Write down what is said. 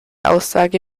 aussage